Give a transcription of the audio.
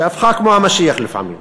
שהפכה כמו המשיח לפעמים.